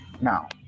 Now